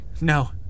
No